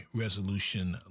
resolution